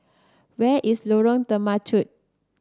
where is Lorong Temechut